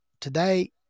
today